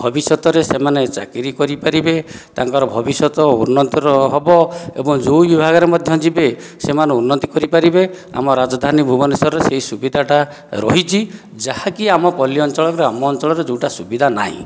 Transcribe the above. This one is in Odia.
ଭବିଷ୍ୟତରେ ସେମାନେ ଚାକିରୀ କରିପାରିବେ ତାଙ୍କର ଭବିଷ୍ୟତ ଉନ୍ନତର ହେବ ଏବଂ ଯେଉଁ ବିଭାଗର ମଧ୍ୟ ଯିବେ ସେମାନେ ଉନ୍ନତି କରିପାରିବେ ଆମ ରାଜଧାନୀ ଭୁବନେଶ୍ୱର ସେହି ସୁବିଧାଟା ରହିଛି ଯାହାକି ଆମ ପଲ୍ଲୀ ଅଞ୍ଚଳର ଆମ ଅଞ୍ଚଳର ଯେଉଁଟା ସୁବିଧା ନାହିଁ